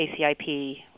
ACIP